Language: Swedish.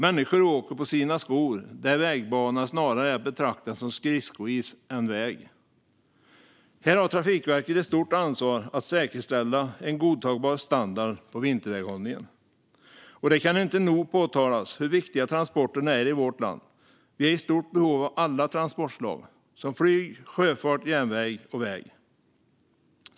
Människor åker på sina skor där vägbanan snarare är att betrakta som skridskois än väg. Trafikverket har ett stort ansvar att säkerställa en godtagbar standard på vinterväghållningen. Det kan inte nog påpekas hur viktiga transporterna är i vårt land. Vi är i stort behov av alla transportslag såsom flyg, sjöfart, järnväg och väg.